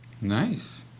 Nice